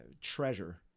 treasure